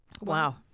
Wow